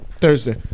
Thursday